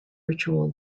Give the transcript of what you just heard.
ritual